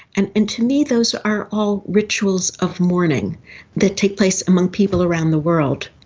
and and to me those are all rituals of mourning that take place among people around the world.